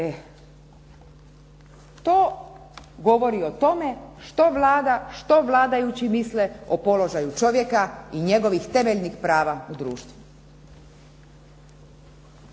To govori o tome što Vlada, što vladajući misle o položaju čovjeka i njegovih temeljnih prava u društvu.